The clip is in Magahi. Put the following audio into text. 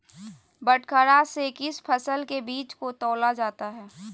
बटखरा से किस फसल के बीज को तौला जाता है?